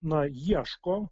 na ieško